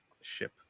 ship